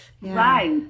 Right